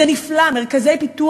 זה נפלא.